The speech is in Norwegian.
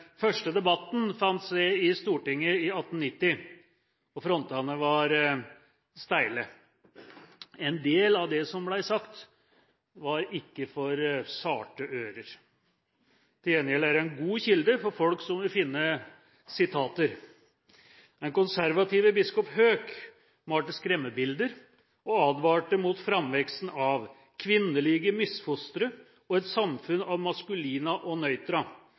første debatten fant sted i Stortinget i 1890, og frontene var steile. En del av det som ble sagt, var ikke for sarte ører. Til gjengjeld er det en god kilde for folk som vil finne sitater. Den konservative biskop Heuch malte skremmebilder og advarte mot framveksten av «kvindelige Misfostre» og et samfunn av «Maskulina og